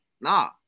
nah